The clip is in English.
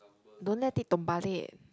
don't let it terbalik